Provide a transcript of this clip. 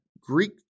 Greek